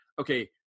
okay